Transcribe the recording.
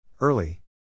early